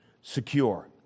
secure